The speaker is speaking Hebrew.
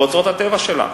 באוצרות הטבע שלה,